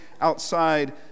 outside